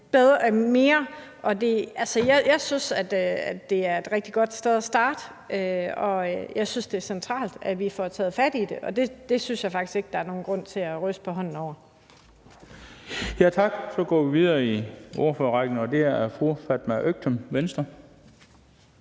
Altså, jeg synes, det er et rigtig godt sted at starte, og jeg synes, det er centralt, at vi får taget fat i det. Det synes jeg faktisk ikke der er nogen grund til at ryste på hånden over. Kl. 10:28 Den fg. formand (Bent Bøgsted): Tak. Så går vi videre i ordførerrækken, og det er fru Fatma Øktem, Venstre.